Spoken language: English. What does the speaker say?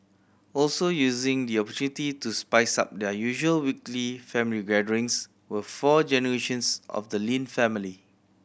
also using the opportunity to spice up their usual weekly family gatherings were four generations of the Lin family